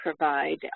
provide